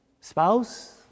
spouse